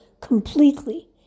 completely